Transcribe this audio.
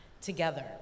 together